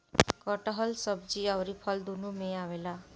कटहल सब्जी अउरी फल दूनो में आवेला